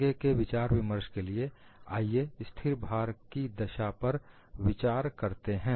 आगे के विचार विमर्श के लिए आइए स्थिर भार के दशा पर विचार करते हैं